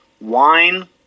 wine